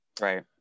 Right